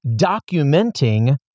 documenting